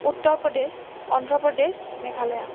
Uttar Pradesh Andhra Pradesh Meghalaya